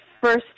first